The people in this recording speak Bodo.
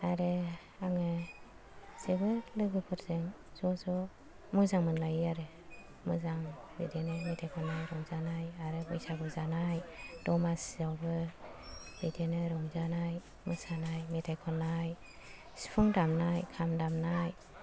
आरो आङो जोबोद लोगोफोरजों ज' ज' मोजां मोनलायो आरो मोजां बिदिनो मेथाइ खननाय रंजानाय आरो बैसागु जानाय दमासियावबो बिदिनो रंजानाय मोसानाय मेथाइ खननाय सिफुं दामनाय खाम दामनाय